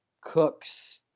Cooks